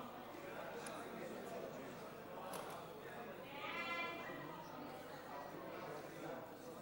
חוק שיווי זכויות האישה (תיקון מס' 11),